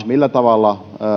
millä tavalla